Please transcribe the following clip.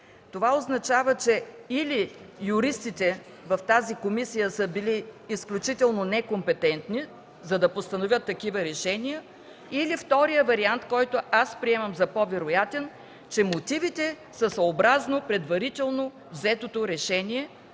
Това означава, че или юристите в тази комисия са били изключително некомпетентни, за да постановят такива решения, или вторият вариант, който аз приемам за по-вероятен – че мотивите са съобразно предварително взетото решение